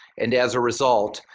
and as a result,